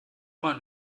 man